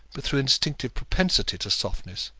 but through instinctive propensity to softness.